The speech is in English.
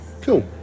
Cool